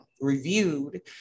reviewed